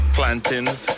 Plantains